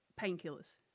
painkillers